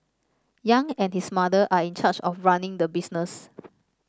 Yang and his mother are in charge of running the business